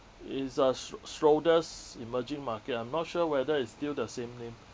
is uh sch~ schroder's emerging market I'm not sure whether it's still the same name